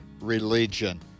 religion